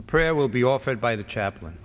the prayer will be offered by the chaplain